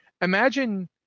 imagine